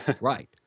Right